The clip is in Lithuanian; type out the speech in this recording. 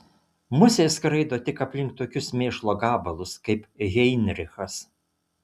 musės skraido tik aplink tokius mėšlo gabalus kaip heinrichas